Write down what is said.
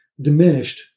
diminished